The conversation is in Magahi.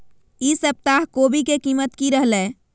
ई सप्ताह कोवी के कीमत की रहलै?